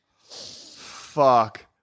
Fuck